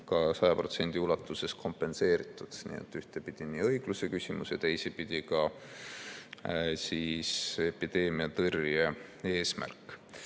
100% ulatuses kompenseeritud. Nii et ühtepidi õigluse küsimus ja teisipidi epideemiatõrje eesmärk.